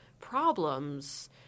problems